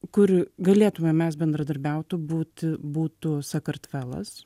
kur galėtumėm mes bendradarbiautų būti būtų sakartvelas